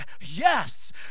yes